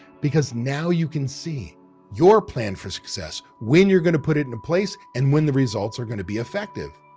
because now you can see your plan for success when you're going to put it in place and when the results are going to be effective.